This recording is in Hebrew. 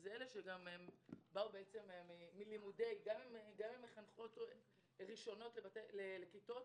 הם אלה שבאו מלימודי גם מחנכות ראשונות לכיתות,